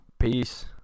Peace